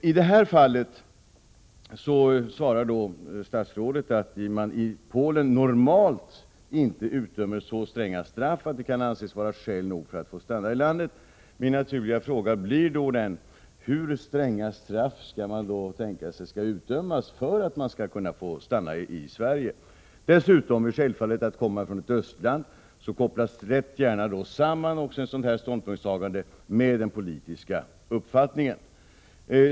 I det här fallet svarade statsrådet att man i Polen normalt inte utdömer så stränga straff att det kan anses vara skäl nog för att vederbörande får stanna i landet. Min naturliga fråga blir då: Hur stränga straff skall då utdömas för att man skall kunna tänkas få stanna i Sverige? Dessutom är det självfallet så, att om vederbörande kommer från ett östland, kopplas ståndpunkttagandet gärna samman med den politiska uppfattningen.